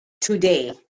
today